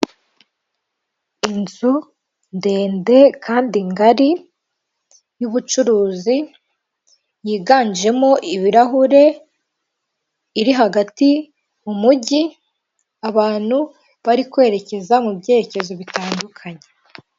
Inzu ndende kandi ngari y'ubucuruzi, yiganjemo ibirahure, iri hagati mu mujyi, abantu bari kwerekeza mu byerekezo bitandukanye.